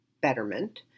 betterment